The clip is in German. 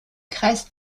kreis